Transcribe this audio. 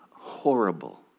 horrible